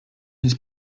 his